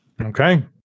Okay